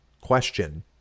question